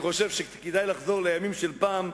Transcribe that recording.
אני חושב שכדאי לחזור לימים של פעם,